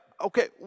okay